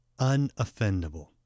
unoffendable